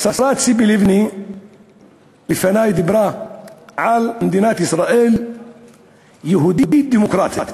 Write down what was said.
השרה ציפי לבני לפני דיברה על מדינת ישראל יהודית דמוקרטית.